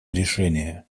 решения